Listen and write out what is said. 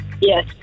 Yes